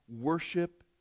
worship